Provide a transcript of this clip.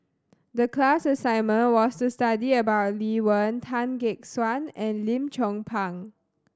the class assignment was to study about Lee Wen Tan Gek Suan and Lim Chong Pang